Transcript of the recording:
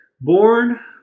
Born